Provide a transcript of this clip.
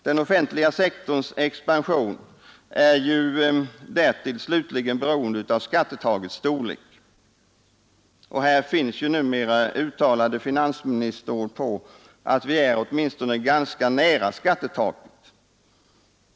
Den offentliga sektorns expansion är därtill slutligen beroende av skatteuttagets storlek. Och här finns ju numera uttalade finansministerord på att vi är åtminstone ganska nära skattetaket.